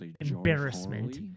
embarrassment